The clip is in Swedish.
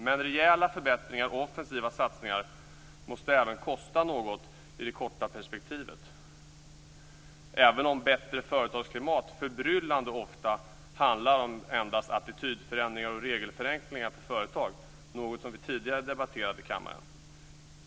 Men rejäla förbättringar och offensiva satsningar måste också kosta något i det korta perspektivet - även om bättre företagsklimat förbryllande ofta endast handlar om attitydförändringar och regelförenklingar för företag, något som vi tidigare debatterat i kammaren.